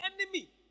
enemy